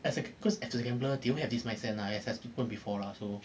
as a cause as a gambler they won't have this mindset lah as I have spoken before lah so